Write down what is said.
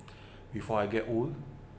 before I get old